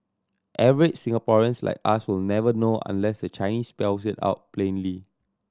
average Singaporeans like us will never know unless the Chinese spells it out plainly